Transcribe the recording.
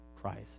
Christ